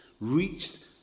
reached